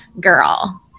girl